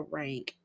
rank